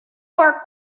for